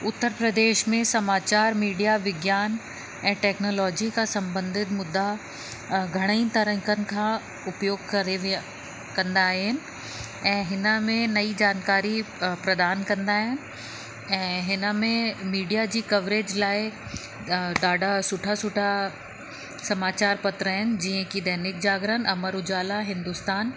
उत्तर प्रदेश में समाचारु मीडिया विज्ञान ऐं टेक्नोलोजी खां संबधित मुद्दा घणेई तरिक़नि खां उपयोग करे विय कंदा आहिनि ऐं हिन में नई जानकारी प्रधान कंदा आहिनि ऐं हिन में मीडिया जी कवरेज लाइ ॾाढा सुठा सुठा समाचारु पत्र आहिनि जीअं कि दैनिक जागरनि अमर उजाला हिंदुस्तान